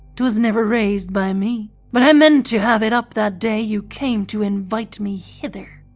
twas never raised by me, but i meant to have it up that day you came to invite me hither.